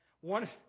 one